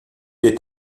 est